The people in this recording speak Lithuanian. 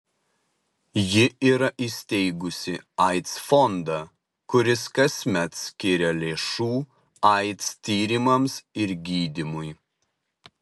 ji yra įsteigusi aids fondą kuris kasmet skiria lėšų aids tyrimams ir gydymui